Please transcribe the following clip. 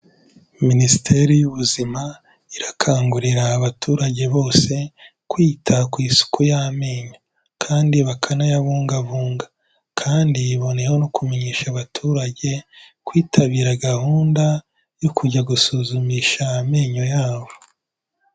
Minisiteri y'ubuzima irakangurira abaturage bose kwita ku isuku y'amenyo kandi bakanayabungabunga kandi iboneyeho no kumenyesha abaturage kwitabira gahunda yo kujya gusuzumisha amenyo yabo.